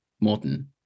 modern